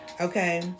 okay